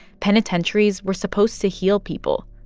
penitentiaries were supposed to heal people,